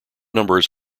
numbers